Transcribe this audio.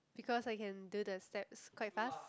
because I can do the steps quite fast